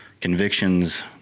convictions